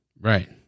Right